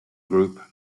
group